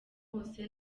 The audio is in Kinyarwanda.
bose